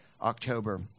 October